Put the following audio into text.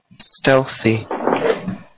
stealthy